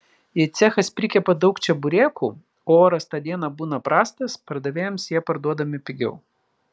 jei cechas prikepa daug čeburekų o oras tą dieną būna prastas pardavėjams jie parduodami pigiau